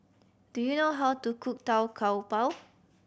do you know how to cook Tau Kwa Pau